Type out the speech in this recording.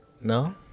No